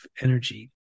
energy